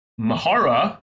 Mahara